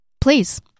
Please